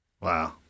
Wow